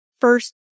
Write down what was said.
first